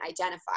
identify